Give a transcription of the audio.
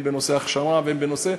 הן בנושא הכשרה והן בנושא,